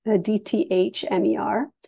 D-T-H-M-E-R